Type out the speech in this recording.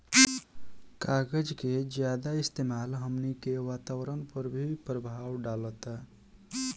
कागज के ज्यादा इस्तेमाल हमनी के वातावरण पर भी प्रभाव डालता